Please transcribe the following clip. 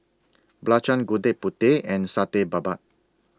Belacan Gudeg Putih and Satay Babat